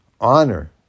Honor